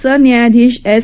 सरन्यायाधीश एस